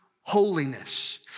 holiness